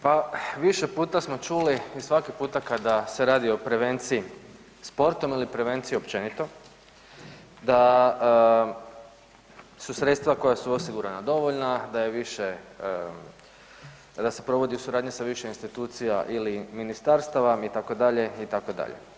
Pa više puta smo čuli i svaki puta kada se radi o prevenciji sportom ili prevenciji općenito da su sredstva koja su osigurana dovoljna, da je više, da se provodi u suradnji sa više institucija ili ministarstava, itd., itd.